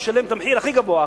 משלם את המחיר הכי גבוה,